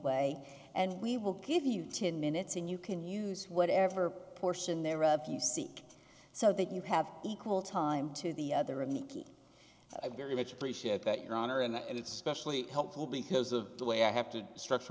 way and we will give you ten minutes and you can use whatever portion thereof you seek so that you have equal time to the other and i very much appreciate that your honor and it's specially helpful because of the way i have to structure